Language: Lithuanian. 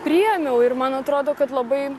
priėmiau ir man atrodo kad labai